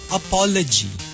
apology